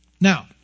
Now